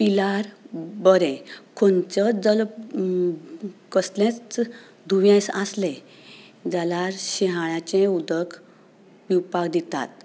पिल्यार बरें खंयचोय जर कसलेंच दुयेंस आसलें जाल्यार शिंयाळेचें उदक पिवपा दितात